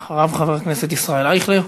ואחריו, חבר הכנסת ישראל אייכלר.